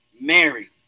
Mary